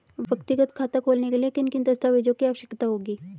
व्यक्तिगत खाता खोलने के लिए किन किन दस्तावेज़ों की आवश्यकता होगी?